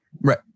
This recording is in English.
right